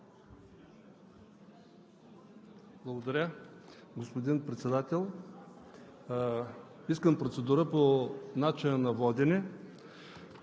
Благодаря, господин Председател. Искам процедура по начина на водене,